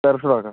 তেরোশো টাকা